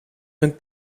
een